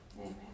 Amen